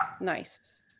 nice